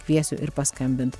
kviesiu ir paskambint